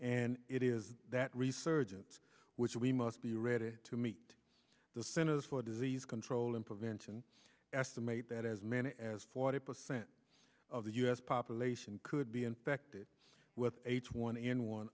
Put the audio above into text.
and it is that resurgence which we must be ready to meet the centers for disease control and prevention estimate that as many as forty percent of the u s population could be infected with h one n one